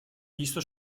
visto